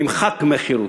היה נמחק מחרות.